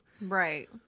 Right